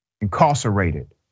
incarcerated